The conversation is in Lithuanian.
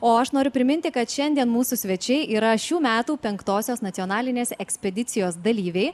o aš noriu priminti kad šiandien mūsų svečiai yra šių metų penktosios nacionalinės ekspedicijos dalyviai